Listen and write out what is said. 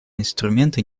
инструменты